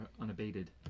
unabated